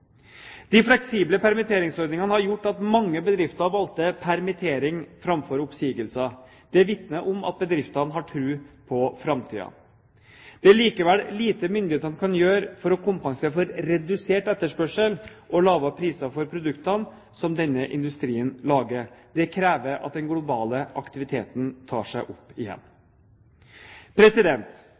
De fleksible permitteringsordningene har gjort at mange bedrifter valgte permittering framfor oppsigelser. Det vitner om at bedriftene har tro på framtiden. Det er likevel lite myndighetene kan gjøre for å kompensere for redusert etterspørsel og lavere priser for produktene som denne industrien lager. Det krever at den globale aktiviteten tar seg opp